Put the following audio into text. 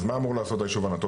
אז מה אמור לעשות היישוב ענתות?